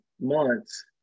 months